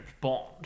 bond